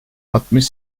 altmış